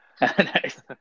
Nice